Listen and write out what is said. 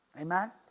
Amen